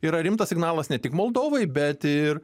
yra rimtas signalas ne tik moldovai bet ir